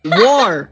war